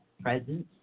presence